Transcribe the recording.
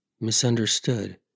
misunderstood